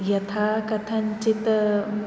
यथा कथञ्चित्